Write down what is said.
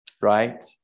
Right